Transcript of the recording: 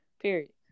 Period